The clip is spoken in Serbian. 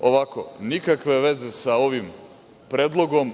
Ovako, nikakve veze sa ovim predlogom